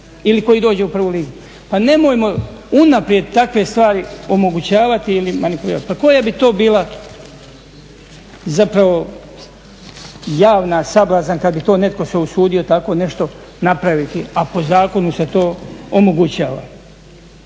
ili koji dođe u prvu ligu. Pa nemojmo unaprijed takve stvari omogućavati ili manipulirati. Pa koja bi to bila zapravo javna sablazan kad bi to netko se usudio tako nešto napraviti, a po zakonu se to omogućava.